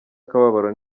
akababaro